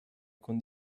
con